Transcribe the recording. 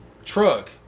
Truck